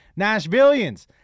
Nashvillians